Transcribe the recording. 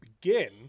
begin